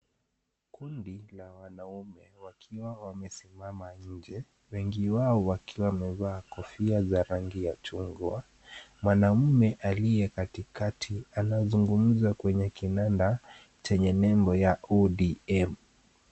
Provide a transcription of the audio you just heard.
Kundi la wanaume wakiwa wamesimama nnje, wengi wao wakiwa wamevaa kofia za rangi ya chungwa, mwanaume aliye katikati anazungumza kwenye kibanda chenye nembo ya ODM.